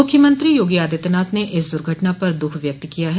मुख्यमंत्री योगी आदित्यनाथ ने इस दुर्घटना पर दुःख व्यक्त किया है